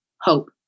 hope